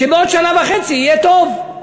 שעוד שנה וחצי יהיה טוב.